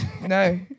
No